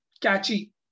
catchy